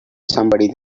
somebody